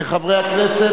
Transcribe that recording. חברי הכנסת,